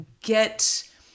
get